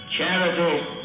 Charity